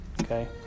Okay